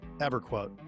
EverQuote